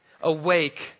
Awake